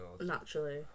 naturally